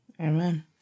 Amen